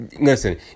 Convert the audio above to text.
Listen